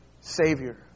Savior